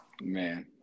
Man